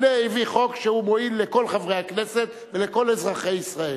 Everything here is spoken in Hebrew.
הנה הביא חוק שהוא מועיל לכל חברי הכנסת ולכל אזרחי ישראל.